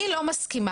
לליאור וסיגל.